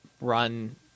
run